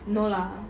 no lah